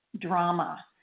drama